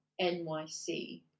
NYC